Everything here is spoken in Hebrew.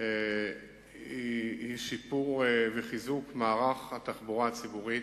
הוא שיפור וחיזוק מערך התחבורה הציבורית.